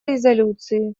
резолюции